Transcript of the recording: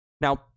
Now